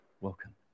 welcome